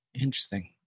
Interesting